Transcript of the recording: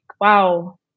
wow